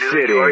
City